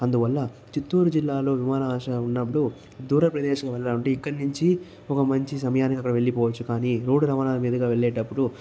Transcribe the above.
అందువల్ల చిత్తూరు జిల్లాలో విమానాశ్రయం ఉన్నప్పుడు దూర ప్రదేశం వెళ్లాలంటే ఇక్కడ నుంచి ఒక మంచి సమయానికి అక్కడికి వెళ్లిపోవచ్చు కానీ రోడ్డు రవాణాల మీదుగా వెళ్లేటప్పుడు